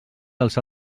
dels